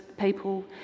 people